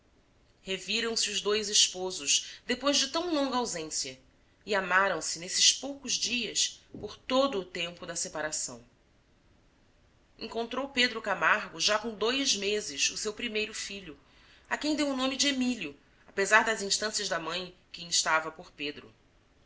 passagem reviram se os dois esposos depois de tão longa ausência e amaram-se nesses poucos dias por todo o tempo da separação encontrou pedro camargo já com dois meses o seu primeiro filho a que deu o nome de emílio apesar das instâncias da mãe que instava por pedro